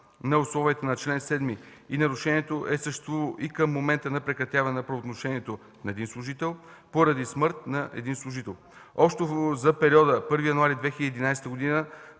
на условията по чл. 7 и нарушението е съществувало и към момента на прекратяване на правоотношението – на един служител; - поради смърт – на един служител. Общо за периода 1 януари 2011 г.